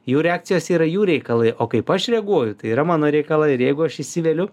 jų reakcijos yra jų reikalai o kaip aš reaguoju tai yra mano reikalai ir jeigu aš įsiveliu